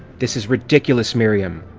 this is ridiculous, miriam!